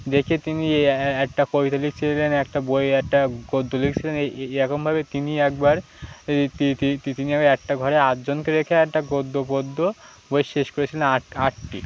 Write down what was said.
দেখে তিনি একটা কবিতা লিখছিলেন একটা বই একটা গদ্য লিখছিলেন এইকমভাবে তিনি একবার তিনি একটা ঘরে আটজনকে রেখে একটা গদ্য পদ্য বই শেষ করেছিলেন আটটি